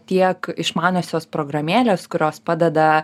tiek išmaniosios programėlės kurios padeda